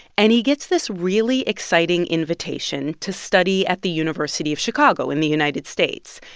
and he gets this really exciting invitation to study at the university of chicago in the united states.